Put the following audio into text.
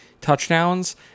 touchdowns